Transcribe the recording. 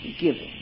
giving